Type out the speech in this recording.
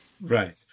Right